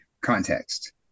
context